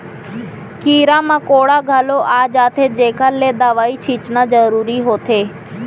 कीरा मकोड़ा घलौ आ जाथें जेकर ले दवई छींचना जरूरी होथे